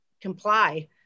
comply